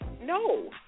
No